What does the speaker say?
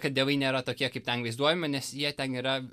kad dievai nėra tokie kaip ten vaizduojami nes jie ten yra